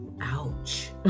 Ouch